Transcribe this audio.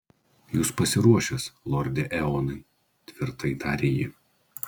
jūs pasiruošęs lorde eonai tvirtai tarė ji